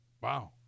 wow